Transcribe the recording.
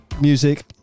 music